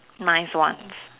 nice ones